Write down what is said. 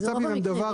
שצ"פים הם דבר רגיש.